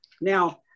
now